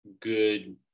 good